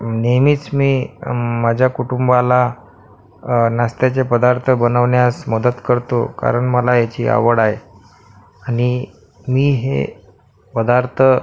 नेहमीच मी माझ्या कुटुंबाला नाश्त्याचे पदार्थ बनवण्यास मदत करतो कारण मला याची आवड आहे आणि मी हे पदार्थ